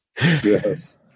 Yes